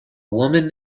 woman